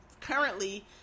currently